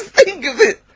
think of it.